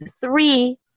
three